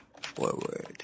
forward